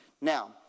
Now